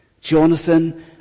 Jonathan